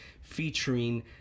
featuring